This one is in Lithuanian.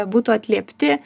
būtų atliepti